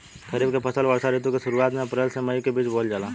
खरीफ के फसल वर्षा ऋतु के शुरुआत में अप्रैल से मई के बीच बोअल जाला